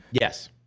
Yes